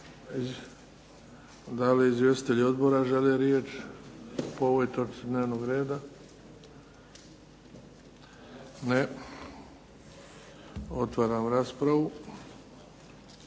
da li izvjestitelji odbora žele riječ po ovoj točci dnevnog reda? Ne. Otvaram raspravu.